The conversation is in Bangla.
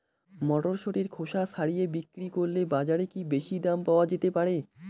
মটরশুটির খোসা ছাড়িয়ে বিক্রি করলে বাজারে কী বেশী দাম পাওয়া যেতে পারে?